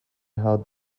how